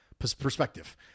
perspective